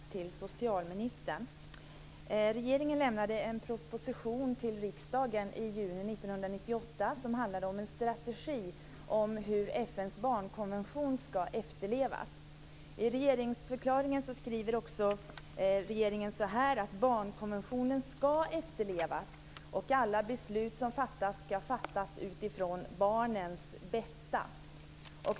Fru talman! Jag skulle vilja ställa en fråga till socialministern. Regeringen lämnade en proposition till riksdagen i juni 1998 som handlade om en strategi för hur FN:s barnkonvention skall efterlevas. I regeringsförklaringen skriver regeringen att barnkonventionen skall efterlevas och att alla beslut som fattas skall fattas utifrån barnens bästa.